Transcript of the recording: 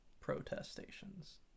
protestations